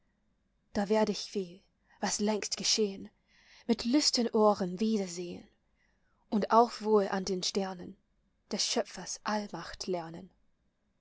da werd ich viel was längst geschehn mit lüstern ohren wieder sehn und auch wohl an den sternen des schöpfers allmacht lernen